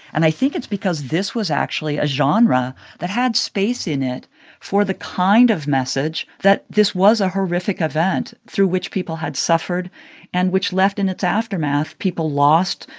and i think it's because this was actually a genre that had space in it for the kind of message that this was a horrific event through which people had suffered and which left in its aftermath people lost,